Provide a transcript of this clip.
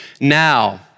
now